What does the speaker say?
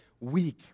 weak